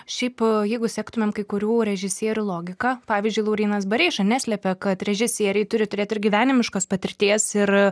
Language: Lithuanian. šiaip jeigu sektumėm kai kurių režisierių logika pavyzdžiui laurynas bareiša neslepia kad režisieriai turi turėt ir gyvenimiškos patirties ir